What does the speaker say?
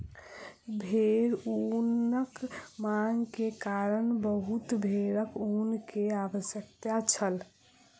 भेड़ ऊनक मांग के कारण बहुत भेड़क ऊन के आवश्यकता छल